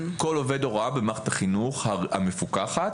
כל עובד הוראה במערכת החינוך המפוקחת,